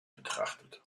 betrachtet